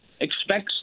expects